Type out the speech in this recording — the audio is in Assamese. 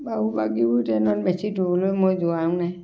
আৰু বাকীবোৰ ট্ৰেইনত বেছি দূৰলৈ মই যোৱাও নাই